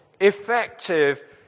effective